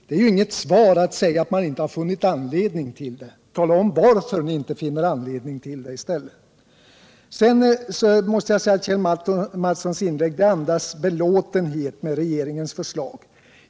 Det är ju inget svar att säga att man inte har funnit anledning att tillstyrka förslaget. Kjell Mattssons inlägg andas belåtenhet med regeringens förslag.